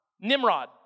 Nimrod